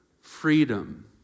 freedom